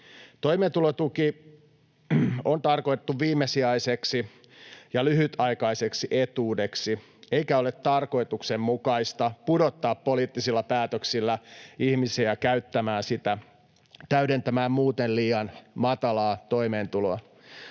Toimeentulotuki on tarkoitettu viimesijaiseksi ja lyhytaikaiseksi etuudeksi, eikä ole tarkoituksenmukaista pudottaa poliittisilla päätöksillä ihmisiä käyttämään sitä täydentämään muuten liian matalaa toimeentuloa.